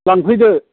लांफैदो